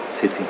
City